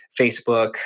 Facebook